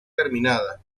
terminada